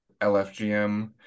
LFGM